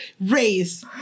race